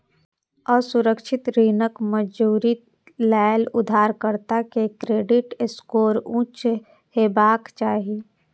असुरक्षित ऋणक मंजूरी लेल उधारकर्ता के क्रेडिट स्कोर उच्च हेबाक चाही